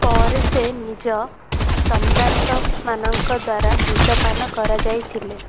ପରେ ସେ ନିଜ ସମ୍ଭ୍ରାନ୍ତମାନଙ୍କ ଦ୍ୱାରା ବିଷ ପାନ କରାଯାଇଥିଲେ